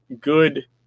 good